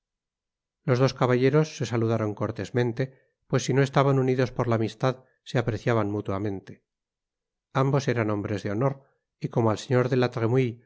los dos caballeros se saludaron cortesmente pues si no estaban unidos polla amistad se apreciaban mutuamente ambos eran hombres de honor y como el señor de la